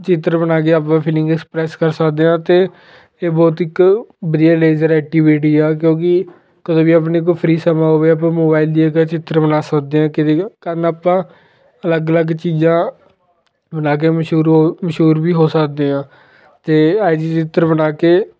ਚਿੱਤਰ ਬਣਾ ਕੇ ਆਪਾਂ ਫਿਲਿੰਗ ਐਕਸਪ੍ਰੈਸ ਕਰ ਸਕਦੇ ਹਾਂ ਅਤੇ ਇਹ ਬਹੁਤ ਇੱਕ ਵਧੀਆ ਲੇਜ਼ਰ ਐਕਟੀਵਿਟੀ ਆ ਕਿਉਂਕਿ ਕਦੋਂ ਵੀ ਆਪਣੇ ਕੋਲ ਫਰੀ ਸਮਾਂ ਹੋਵੇ ਆਪਾਂ ਮੋਬਾਈਲ ਜਗ੍ਹਾ ਚਿੱਤਰ ਬਣਾ ਸਕਦੇ ਹਾਂ ਕਿਹਦੇ ਕਾਰਨ ਆਪਾਂ ਅਲੱਗ ਅਲੱਗ ਚੀਜ਼ਾਂ ਬਣਾ ਕੇ ਮਸ਼ਹੂਰ ਹੋ ਮਸ਼ਹੂਰ ਵੀ ਹੋ ਸਕਦੇ ਹਾਂ ਅਤੇ ਆਈ ਜਿਹੀ ਚਿੱਤਰ ਬਣਾ ਕੇ